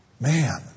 Man